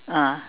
ah